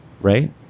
right